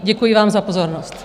Děkuji vám za pozornost.